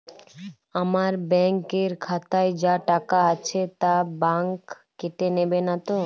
আমার ব্যাঙ্ক এর খাতায় যা টাকা আছে তা বাংক কেটে নেবে নাতো?